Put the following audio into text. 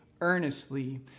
earnestly